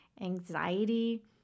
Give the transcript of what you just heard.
anxiety